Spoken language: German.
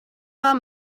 war